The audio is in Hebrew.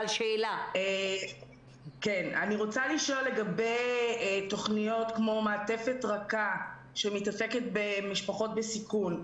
אני רוצה לשאול לגבי תוכניות כמו: מעטפת רכה שמתעסקת במשפחות בסיכון,